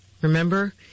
remember